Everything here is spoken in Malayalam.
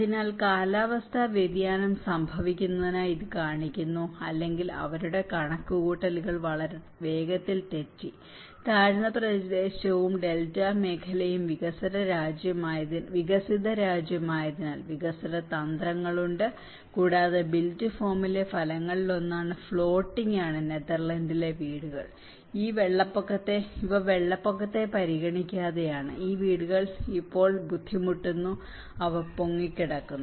അതിനാൽ കാലാവസ്ഥാ വ്യതിയാനം സംഭവിക്കുന്നതായി ഇത് കാണിക്കുന്നു അല്ലെങ്കിൽ അവരുടെ കണക്കുകൂട്ടലുകൾ വളരെ വേഗത്തിൽ തെറ്റി താഴ്ന്ന പ്രദേശവും ഡെൽറ്റ മേഖലയും വികസിത രാജ്യവുമായതിനാൽ വികസ്വര തന്ത്രങ്ങൾ ഉണ്ട് കൂടാതെ ബിൽറ്റ് ഫോമിലെ ഫലങ്ങളിലൊന്ന് ഫ്ലോട്ടിംഗ് ആണ് നെതർലാൻഡിലെ വീടുകൾ ഇവ വെള്ളപ്പൊക്കത്തെ പരിഗണിക്കാതെയാണ് ഈ വീടുകൾ ഇപ്പോഴും ബുദ്ധിമുട്ടുന്നു അവയ്ക്ക് പൊങ്ങിക്കിടക്കുന്നു